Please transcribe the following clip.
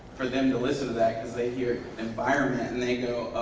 for them to listen to that, because they hear environment and they go oh.